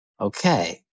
okay